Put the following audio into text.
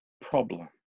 problem